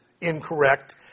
incorrect